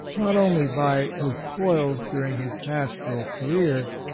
not only by his toils during his pastoral career,